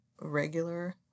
regular